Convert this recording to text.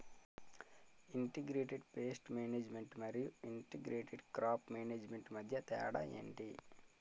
integrated pest management మరియు integrated crop management మధ్య తేడా ఏంటి